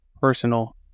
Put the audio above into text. personal